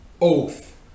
oath